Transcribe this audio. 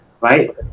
right